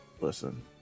Listen